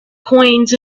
coins